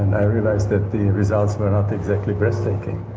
and i realized that the results were not exactly breathtaking.